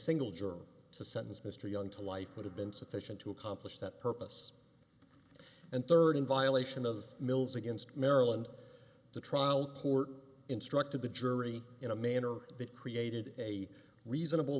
single german to sentence mr young to life would have been sufficient to accomplish that purpose and third in violation of mills against maryland the trial court instructed the jury in a manner that created a reasonable